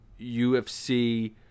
UFC